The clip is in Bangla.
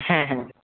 হ্যাঁ হ্যাঁ